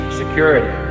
security